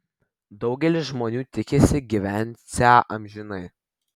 daugelis žmonių tikisi gyvensią amžinai